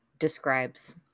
describes